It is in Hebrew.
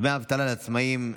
דמי אבטלה לעצמאים),